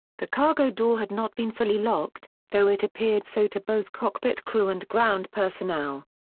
the cargo door had not been fully locked, though it appeared so to both cockpit crew and ground personnel.